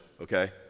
okay